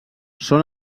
són